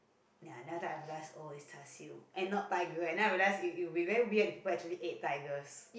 then after that I've realised oh it's char-siew and not tiger and then i realise it it will be very weired people actually ate tigers